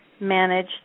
manage